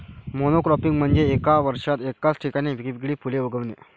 monocropping म्हणजे एका वर्षात एकाच ठिकाणी वेगवेगळी फुले उगवणे